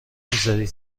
میذاری